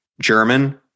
German